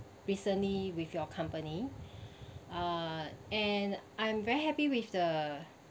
recently with your company uh and I'm very happy with the